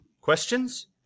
Questions